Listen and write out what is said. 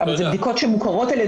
זה לא המנגנון הרגיל שאנחנו מכירים לגבי